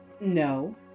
No